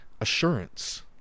assurance